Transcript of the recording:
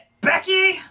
Becky